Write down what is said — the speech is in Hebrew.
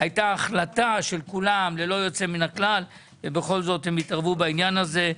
הייתה החלטה של כולם ללא יוצא מן הכלל ובכל זאת הם התערבו בעניין הזה.